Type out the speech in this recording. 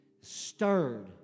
stirred